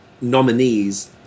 nominees